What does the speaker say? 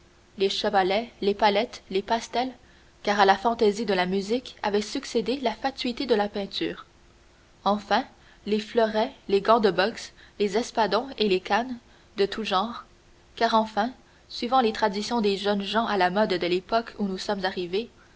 les chevalets les palettes les pastels car à la fantaisie de la musique avait succédé la fatuité de la peinture enfin les fleurets les gants de boxe les espadons et les cannes de tout genre car enfin suivant les traditions des jeunes gens à la mode de l'époque où nous sommes arrivés